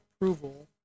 approval